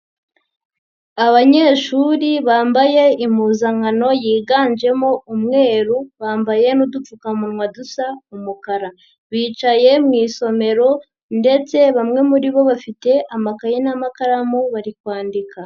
Abanyeshuri bambaye impuzankano yiganjemo umweru, bambaye n'udupfukamunwa dusa umukara. Bicaye mu isomero ndetse bamwe muri bo bafite amakaye n'amakaramu, bari kwandika.